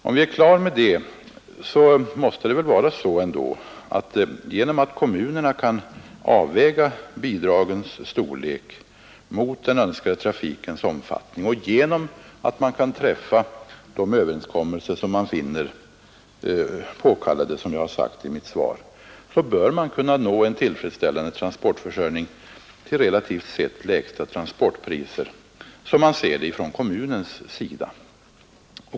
Är vi överens om det, måste det väl ändå vara så att man genom att kommunerna kan avväga bidragens storlek mot den önskade trafikens omfattning och genom att man kan träffa den överenskommelse som man finner påkallad, som jag sagt i mitt svar, bör kunna nå en tillfredsställande trafikförsörjning till relativt sett lägsta transportpriser, som man ser det från kommunens sida.